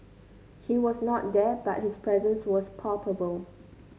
he was not there but his presence was palpable